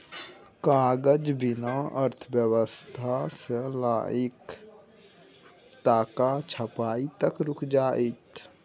कागजक बिना अर्थव्यवस्था सँ लकए टकाक छपाई तक रुकि जाएत